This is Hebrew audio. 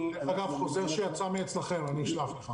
חוזר שיצא מאצלכם, אשלח לך.